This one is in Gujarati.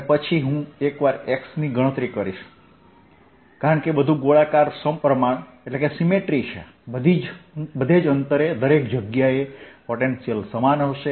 અને પછી હું એક વાર x ની ગણતરી કરીશ કારણ કે બધું ગોળાકાર સપ્રમાણ છે બધે જ અંતરે દરેક જગ્યાએ પોટેન્શિયલ સમાન હશે